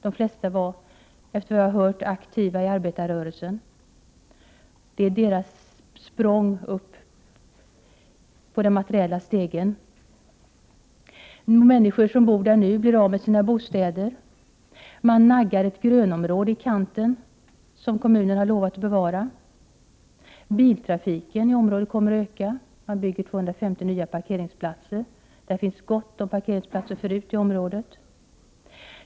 De flesta var, efter vad jag har hört, aktiva i arbetarrörelsen. Husen utgör monument över deras språng uppåt i materiellt hänseende. Människor som bor där nu blir av med sina bostäder. Man naggar ett grönområde i kanten som kommunen har lovat att bevara. Biltrafiken i området kommer att öka. Man bygger 250 nya parkeringsplatser — det finns gott om parkeringsplatser förut i området.